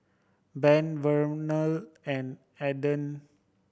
Ben Vernal and Adan